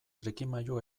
trikimailu